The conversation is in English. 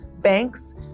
banks